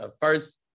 first